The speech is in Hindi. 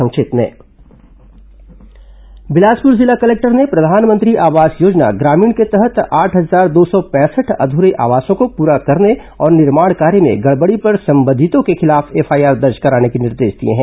संक्षिप्त समाचार बिलासपुर जिला कलेक्टर ने प्रधानमंत्री आवास योजना ग्रामीण के तहत आठ हजार दो सौ पैंसठ अध्रे आवासों को पूरा करने और निर्माण कार्य में गड़बड़ी पर संबंधितों के खिलाफ एफआईआर दर्ज कराने के निर्देश दिए हैं